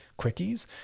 Quickies